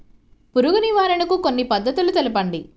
పురుగు నివారణకు కొన్ని పద్ధతులు తెలుపండి?